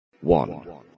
One